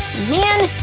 man.